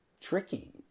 tricky